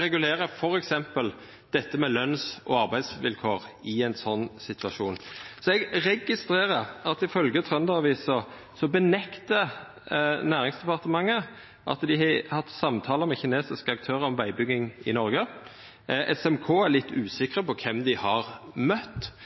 regulera f.eks. dette med løns- og arbeidsvilkår i ein slik situasjon? Eg registrerer at ifølgje Trønder-Avisa nektar Næringsdepartementet for at dei har hatt samtalar med kinesiske aktørar om vegbygging i Noreg. SMK er litt usikre på kven dei har møtt,